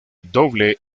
doble